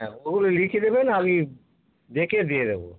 হ্যাঁ ও লিখে দেবেন আমি দেখে দিয়ে দেবো